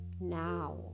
now